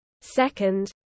Second